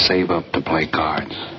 save up to play cards